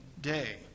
day